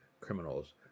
criminals